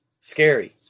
scary